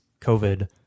COVID